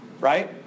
right